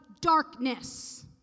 darkness